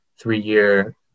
three-year